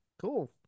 Cool